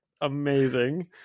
Amazing